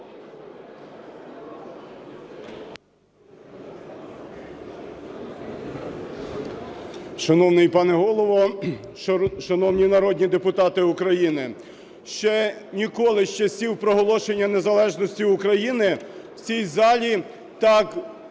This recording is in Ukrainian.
Шановний пане Голово, шановні народні депутати України! Ще ніколи з часів проголошення незалежності України в цій залі так